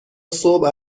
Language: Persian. صبح